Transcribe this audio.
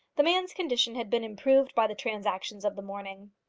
the man's condition had been improved by the transactions of the morning.